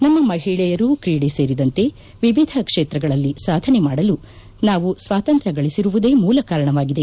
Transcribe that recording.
ನಮ್ಮ ಮಹಿಳೆಯರು ಕ್ರೀಡೆ ಸೇರಿದಂತೆ ವಿವಿಧ ಕ್ಷೇತ್ರಗಳಲ್ಲಿ ಸಾಧನೆ ಮಾಡಲು ನಾವು ಸ್ವಾತಂತ್ರಗಳಿಸಿರುವುದೇ ಮೂಲ ಕಾರಣವಾಗಿದೆ